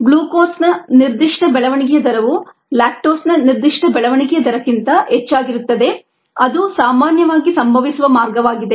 ಗ್ಲೂಕೋಸ್ನ ನಿರ್ದಿಷ್ಟ ಬೆಳವಣಿಗೆಯ ದರವು ಲ್ಯಾಕ್ಟೋಸ್ನ ನಿರ್ದಿಷ್ಟ ಬೆಳವಣಿಗೆಯ ದರಕ್ಕಿಂತ ಹೆಚ್ಚಾಗಿರುತ್ತದೆ ಅದು ಸಾಮಾನ್ಯವಾಗಿ ಸಂಭವಿಸುವ ಮಾರ್ಗವಾಗಿದೆ